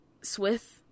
Swift